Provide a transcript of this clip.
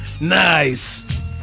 Nice